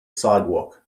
sidewalk